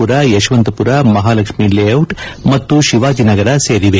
ಪುರ ಯಶವಂತಪುರ ಮಹಾಲಕ್ಷ್ಮಿ ಲೇಔಟ್ ಮತ್ತು ಶಿವಾಜಿನಗರ ಸೇರಿವೆ